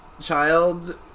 child